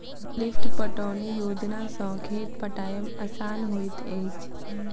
lift पटौनी योजना सॅ खेत पटायब आसान होइत अछि